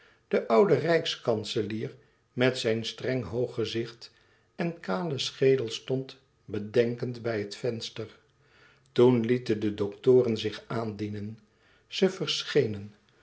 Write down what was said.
de oude rijkskanselier met zijn streng hoog gezicht en kalen schedel stond bedenkend bij het venster toen lieten de doktoren zich aandienen ze